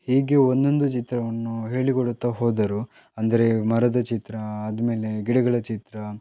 ಹೀಗೆ ಒಂದೊಂದು ಚಿತ್ರವನ್ನು ಹೇಳಿಕೊಡುತ್ತಾ ಹೋದರು ಅಂದರೆ ಮರದ ಚಿತ್ರ ಆದಮೇಲೆ ಗಿಡಗಳ ಚಿತ್ರ